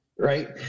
right